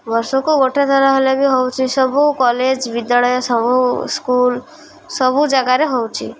ବର୍ଷକୁ ଗୋଟେ ଥର ହେଲେ ବି ହେଉଛି ସବୁ କଲେଜ ବିଦ୍ୟାଳୟ ସବୁ ସ୍କୁଲ ସବୁ ଜାଗାରେ ହେଉଛି